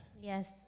Yes